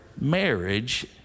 marriage